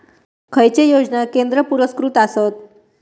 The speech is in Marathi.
खैचे योजना केंद्र पुरस्कृत आसत?